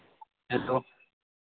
hello